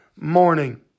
morning